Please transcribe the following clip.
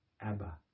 Abba